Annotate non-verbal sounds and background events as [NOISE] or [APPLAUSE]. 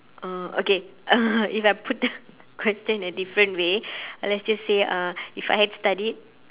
uh okay uh [LAUGHS] if I put the question in a different way let's just say uh if I had studied